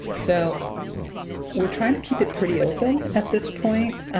so we're trying to keep it pretty open at this point.